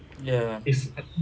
ya